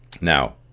Now